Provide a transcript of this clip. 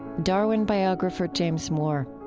darwin biographer james moore.